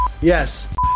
Yes